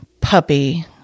puppy